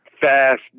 fast